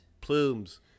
Plumes